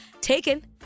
taken